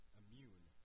immune